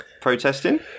protesting